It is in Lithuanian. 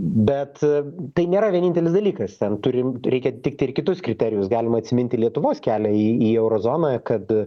bet tai nėra vienintelis dalykas ten turim t reikia tik tai ir kitus kriterijus galima atsiminti lietuvos kelią į į euro zoną kad